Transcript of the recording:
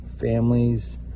families